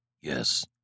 Yes